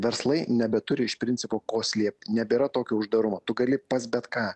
verslai nebeturi iš principo ko slėpt nebėra tokio uždarumo tu gali pas bet ką